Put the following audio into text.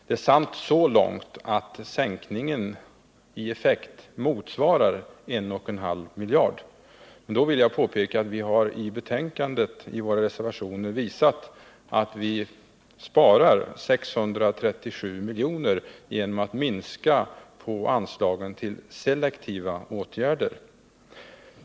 Det är sant så långt att sänkningen i effekt motsvarar 1,5 miljarder, men då vill jag påpeka att vi i våra reservationer har visat att vi sparar 637 miljoner genom att minska på anslagen till selektiva åtgärder.